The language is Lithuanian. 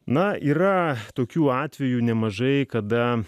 na yra tokių atvejų nemažai kada